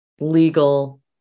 legal